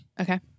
Okay